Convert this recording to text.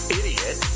idiot